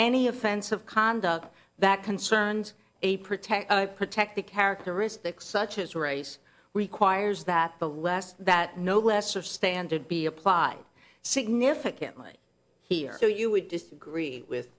any offense of conduct that concerns a protector protect the characteristics such as race requires that the less that no lesser standard be applied significantly here so you would disagree with